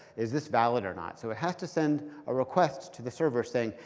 is this valid or not? so it has to send a request to the server saying,